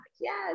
Yes